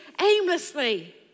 aimlessly